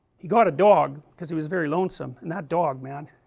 he got a dog because he was very lonesome, and that dog, man,